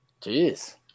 Jeez